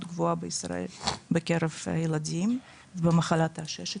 גבוהה בישראל בקרב ילדים במחלת העששת.